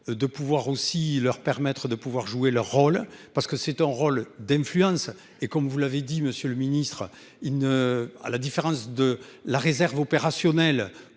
de pouvoir aussi leur permettre de pouvoir jouer leur rôle parce que c'est un rôle d'influence et comme vous l'avez dit, monsieur le Ministre il ne, à la différence de la réserve opérationnelle